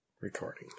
recording